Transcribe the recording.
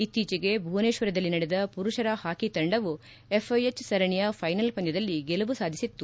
ಇಕ್ತೀಚೆಗೆ ಭುವನೇಶ್ವರದಲ್ಲಿ ನಡೆದ ಮರುಷರ ಹಾಕಿ ತಂಡವು ಎಫ್ಐಎಚ್ ಸರಣಿಯ ಫೈನಲ್ ಪಂದ್ಯದಲ್ಲಿ ಗೆಲುವು ಸಾಧಿಸಿತ್ತು